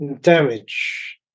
damage